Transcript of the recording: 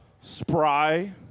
Spry